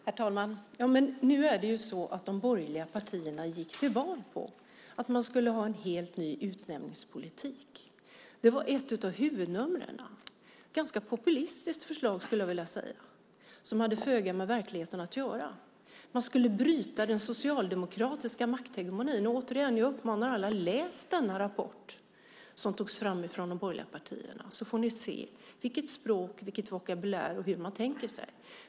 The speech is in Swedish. Herr talman! Nu är det ju så att de borgerliga partierna gick till val på att man skulle ha en helt ny utnämningspolitik. Det var ett av huvudnumren, ett ganska populistiskt förslag, skulle jag vilja säga, som hade föga med verkligheten att göra. Man skulle bryta den socialdemokratiska makthegemonin. Återigen uppmanar jag alla: Läs den rapport som togs fram från de borgerliga partierna, så får ni se vilket språk och vilken vokabulär man använde och hur man tänker sig det hela.